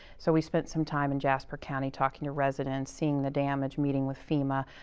so, we spent some time in jasper county talking to residents, seeing the damage, meeting with fema,